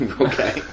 Okay